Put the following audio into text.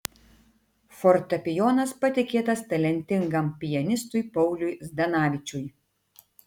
fortepijonas patikėtas talentingam pianistui pauliui zdanavičiui